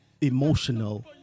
emotional